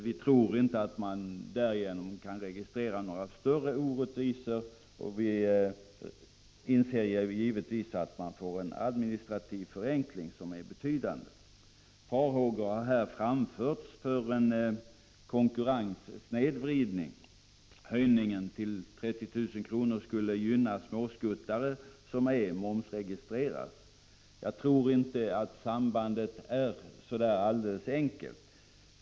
Vi tror inte att man därigenom kan registrera några större orättvisor. Vi inser givetvis att man får en administrativ förenkling som är betydande. Farhågor har här framförts för en konkurrenssnedvridning. Höjningen till 30 000 kr. skulle gynna ”småskuttare” som ej momsregistreras. Jag tror inte att sambandet är så enkelt.